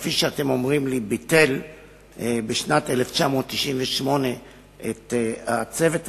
כפי שאתם אומרים לי הוא ביטל בשנת 1998 את הצוות הזה,